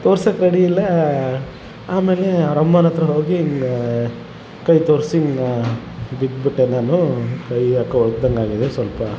ತೋರ್ಸೋಕ್ ready ಇಲ್ಲಆಮೇಲೆ ಅವ್ರ ಅಮ್ಮನ ಹತ್ತಿರ ಹೋಗಿ ಹಿಂಗೆ ಕೈ ತೋರಿಸಿ ನಾ ಬಿದ್ಬಿಟ್ಟೆ ನಾನೂ ಕೈ ಯಾಕೋ ಉಳ್ಕಿದಂಗ್ ಆಗಿದೆ ಸ್ವಲ್ಪ